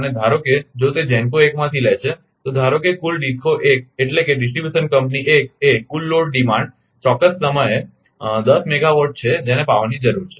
અને ધારો કે જો તે GENCO 1 માંથી લે છે તો ધારો કે કુલ DISCO 1 એટલે કે ડિસ્ટ્રિબ્યુશન કંપની 1 એ કુલ લોડ ડિમાન્ડ ચોક્કસ સમયે 10 મેગાવાટ છે જેને પાવરની જરૂર છે